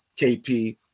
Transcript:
KP